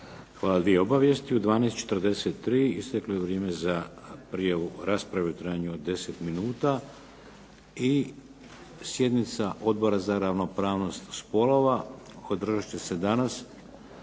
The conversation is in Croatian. Hvala. Dvije obavijesti. U 12,43 isteklo je vrijeme za prijavu rasprave u trajanju od 10 minuta. I sjednica Odbora za ravnopravnost spolova održat će se danas